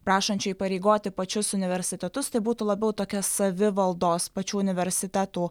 prašančiu įpareigoti pačius universitetus tai būtų labiau tokia savivaldos pačių universitetų